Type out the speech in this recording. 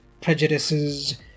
prejudices